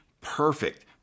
perfect